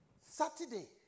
Saturday